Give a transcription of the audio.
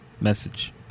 message